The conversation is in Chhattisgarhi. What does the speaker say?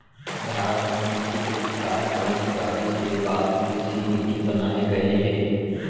भारत म कृसि के बिकास बर सुराजी के बाद कृसि नीति बनाए गये हे